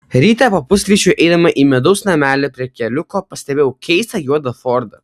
rytą po pusryčių eidama į medaus namelį prie keliuko pastebėjau keistą juodą fordą